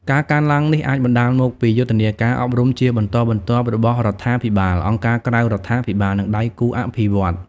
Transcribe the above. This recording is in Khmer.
ការកើនឡើងនេះអាចបណ្ដាលមកពីយុទ្ធនាការអប់រំជាបន្តបន្ទាប់របស់រដ្ឋាភិបាល អង្គការក្រៅរដ្ឋាភិបាល និងដៃគូអភិវឌ្ឍន៍។